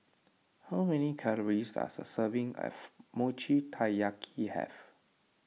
how many calories does a serving of Mochi Taiyaki have